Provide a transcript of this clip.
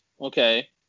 Okay